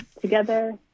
together